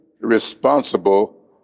responsible